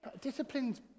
Discipline's